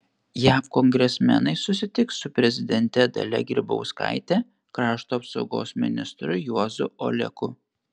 jav kongresmenai susitiks su prezidente dalia grybauskaite krašto apsaugos ministru juozu oleku